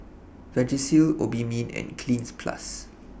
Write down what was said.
Vagisil Obimin and Cleanz Plus